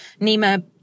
Nima